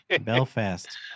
Belfast